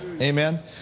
Amen